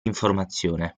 informazione